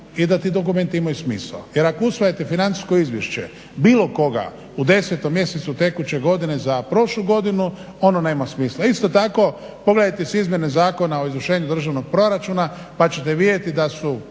i da ti dokumenti imaju smisao. Jer ako usvajate financijsko izvješće bilo koga u 10. mjesecu tekuće godine za prošlu godinu ono nema smisla. Isto tako pogledajte si izmjene Zakona o izvršenju državnog proračuna pa ćete vidjeti kako su